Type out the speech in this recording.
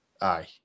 Aye